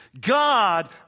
God